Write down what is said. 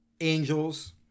angels